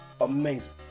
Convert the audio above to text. amazing